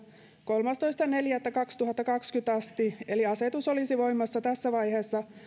kolmastoista neljättä kaksituhattakaksikymmentä asti eli asetus olisi voimassa tässä vaiheessa